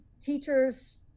Teachers